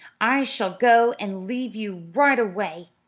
i shall go and leave you right away,